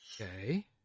Okay